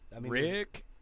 Rick